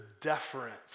deference